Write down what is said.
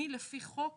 אני לפי חוק